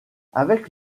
avec